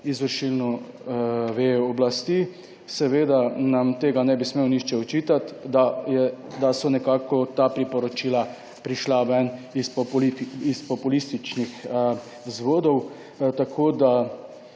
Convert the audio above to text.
izvršilno vejo oblasti. Seveda nam tega ne bi smel nihče očitati, da so nekako ta priporočila prišla ven iz populističnih vzvodov, tako da